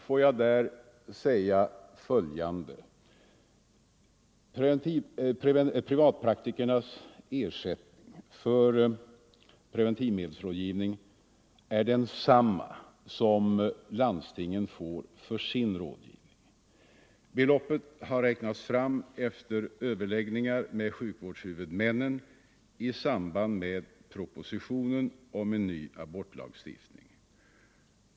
Får jag där säga följande: Privatpraktikernas ersättning för preventivmedelsrådgivning är densamma som landstingen får för sin rådgivning. Beloppet har räknats fram efter överläggningar med sjukvårdshuvudmännen i samband med utarbetandet av propositionen om en ny abortlagstiftning.